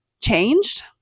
changed